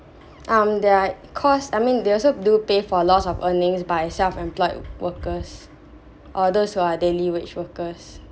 um the cost I mean they also do pay for loss of earnings by self employed workers or those who are daily wage workers